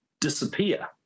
disappear